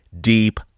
deep